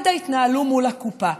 את זה מד"א ינהלו מול הקופה.